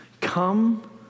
come